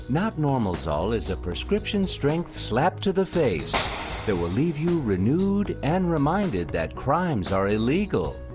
not normal zoll is a prescription-strength slap to the face that will leave you renewed and reminded that crimes are illegal.